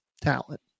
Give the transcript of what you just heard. talent